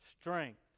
strength